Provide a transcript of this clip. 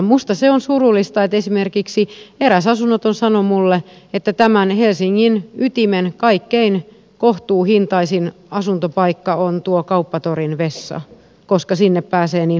minusta se on surullista että esimerkiksi eräs asunnoton sanoi minulle että tämän helsingin ytimen kaikkein kohtuuhintaisin asuntopaikka on tuo kauppatorin vessa koska sinne pääsee niin halvalla sisään